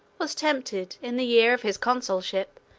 was tempted, in the year of his consulship,